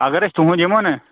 اگر أسۍ تُہُنٛد یِمو نا